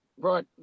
right